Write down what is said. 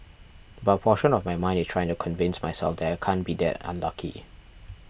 but a portion of my mind is trying to convince myself that I can't be that unlucky